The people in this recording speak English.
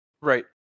Right